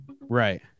right